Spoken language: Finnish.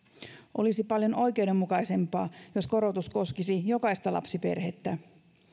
olisi paljon oikeudenmukaisempaa jos korotus koskisi jokaista lapsiperhettä